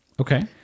Okay